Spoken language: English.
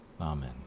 Amen